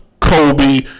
Kobe